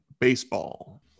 baseball